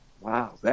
Wow